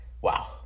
Wow